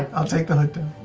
i'll take the hood